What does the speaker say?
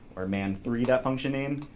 or man three that function name,